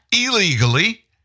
illegally